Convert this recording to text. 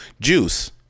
juice